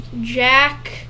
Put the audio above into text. Jack